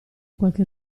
qualche